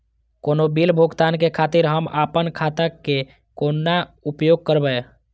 कोनो बील भुगतान के खातिर हम आपन खाता के कोना उपयोग करबै?